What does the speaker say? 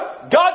God